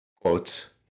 Quotes